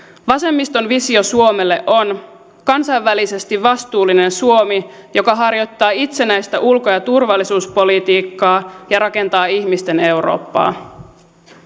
vasemmiston visio suomelle on kansainvälisesti vastuullinen suomi joka harjoittaa itsenäistä ulko ja turvallisuuspolitiikkaa ja rakentaa ihmisten eurooppaa